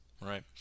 right